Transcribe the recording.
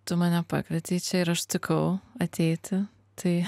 tu mane pakvietei čia ir aš sutikau ateiti tai